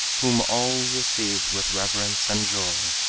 whom all received with reverence and joy.